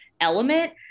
element